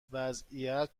وضعیت